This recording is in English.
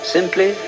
Simply